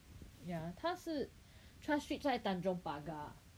ya 它是 Tras street 在 Tanjong Pagar